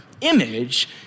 image